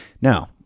Now